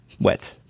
wet